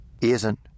Isn't